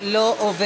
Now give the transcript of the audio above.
תקציב) לא עוברת.